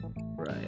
Right